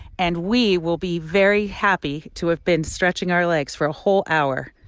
and we will be very happy to have been stretching our legs for a whole hour.